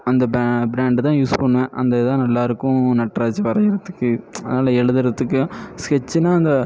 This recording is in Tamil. அந்த ப்ரா ப்ராண்டு தான் யூஸ் பண்ணுவேன் அந்த இதுதான் நல்லாருக்கும் நட்ராஜ் வரைகிறத்துக்கு அதனால் எழுதுறத்துக்கும் ஸ்கெட்சின்னால் அந்த